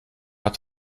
hat